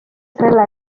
selle